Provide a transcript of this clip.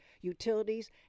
Utilities